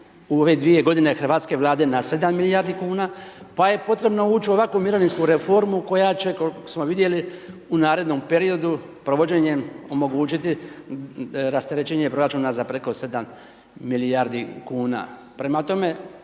u ove dvije godine hrvatske Vlade na 7 milijardi kuna, pa je potrebno ući u ovakvu mirovinsku reformu koja će, koliko smo vidjeli, u narednom periodu provođenjem, omogućiti rasterećenje proračuna za preko 7 milijardi kuna.